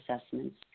assessments